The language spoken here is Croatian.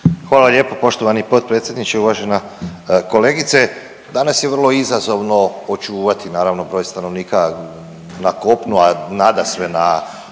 Hvala lijepo poštovani potpredsjedniče. Uvažena kolegice. Danas je vrlo izazovno očuvati naravno broj stanovnika na kopnu, a nadasve na